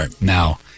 Now